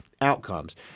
outcomes